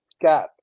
gap